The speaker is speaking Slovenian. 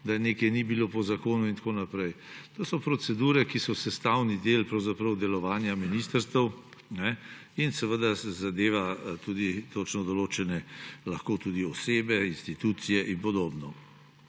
da nekaj ni bilo po zakonu in tako naprej. To so procedure, ki so sestavni del delovanja ministrstev in zadevajo tudi točno določene, lahko tudi osebe, institucije in podobno.